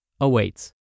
awaits